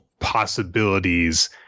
Possibilities